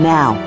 Now